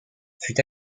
fut